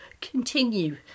continue